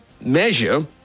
measure